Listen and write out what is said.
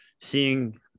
seeing